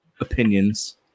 opinions